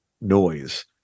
noise